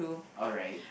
alright